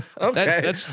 Okay